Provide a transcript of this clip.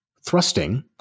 thrusting